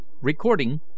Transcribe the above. Recording